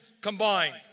combined